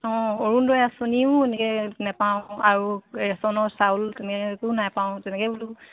অঁ অৰুণোদয় আঁচনিও এনেকৈ নাপাওঁ আৰু ৰেচনৰ চাউল তেনেকৈও নাপাওঁ তেনেকৈ বোলো